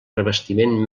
revestiment